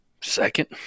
Second